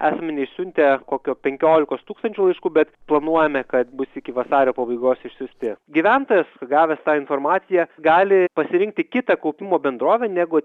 asmenys siuntė kokio penkiolikos tūkstančių laiškų bet planuojame kad bus iki vasario pabaigos išsiųsti gyventojas gavęs tą informaciją gali pasirinkti kitą kaupimo bendrovę negu